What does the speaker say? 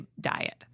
diet